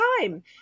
time